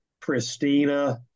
Pristina